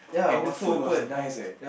and the food was nice eh